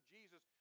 Jesus